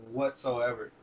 whatsoever